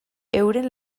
euren